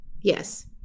Yes